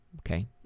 Okay